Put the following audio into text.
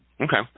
Okay